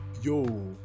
yo